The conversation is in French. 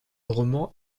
roman